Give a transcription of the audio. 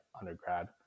undergrad